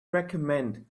recommend